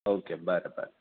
okay बरें बरें